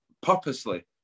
purposely